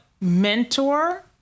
mentor